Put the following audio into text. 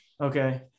Okay